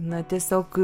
na tiesiog